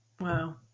Wow